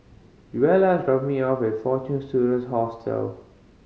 Joella is dropping me off at Fortune Students Hostel